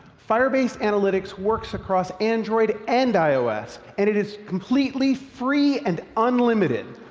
firebase analytics works across android and ios and it is completely free and unlimited!